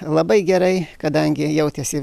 labai gerai kadangi jautėsi